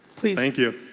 please. thank you.